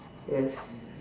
ya